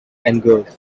engulfed